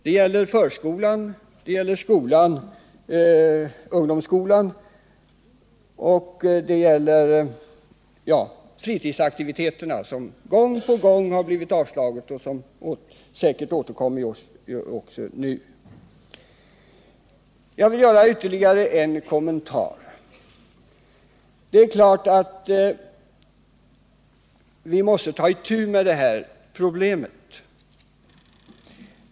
Det gäller förskolan, det gäller ungdomsskolan och det gäller fritidsaktiviteterna, ett område där våra krav gång på gång har avslagits men säkert återkommer. Jag vill göra ytterligare en kommentar. Det är klart att vi måste ta itu med det här problemet.